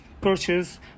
purchase